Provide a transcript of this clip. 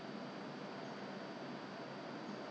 我忘记了 because after I collect 我要 sanitize